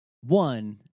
One